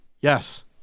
yes